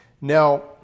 Now